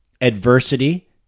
adversity